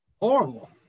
Horrible